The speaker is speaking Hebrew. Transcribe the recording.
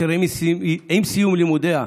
ועם סיום לימודיה,